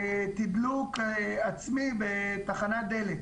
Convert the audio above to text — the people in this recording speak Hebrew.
תדלוק עצמי בתחנת דלק.